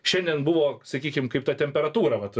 šiandien buvo sakykim kaip ta temperatūra vat